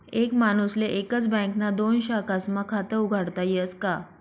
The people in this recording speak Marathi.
एक माणूसले एकच बँकना दोन शाखास्मा खातं उघाडता यस का?